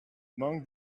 among